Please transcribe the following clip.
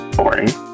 boring